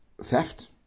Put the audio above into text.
Theft